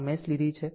3 mesh લીધી છે